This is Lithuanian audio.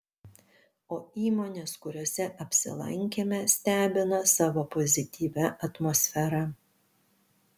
o įmonės kuriose apsilankėme stebina savo pozityvia atmosfera